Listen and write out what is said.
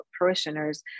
parishioners